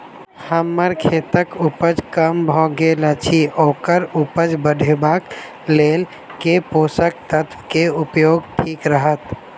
हम्मर खेतक उपज कम भऽ गेल अछि ओकर उपज बढ़ेबाक लेल केँ पोसक तत्व केँ उपयोग ठीक रहत?